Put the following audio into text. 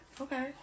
Okay